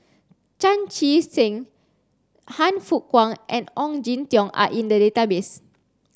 Chan Chee Seng Han Fook Kwang and Ong Jin Teong are in the database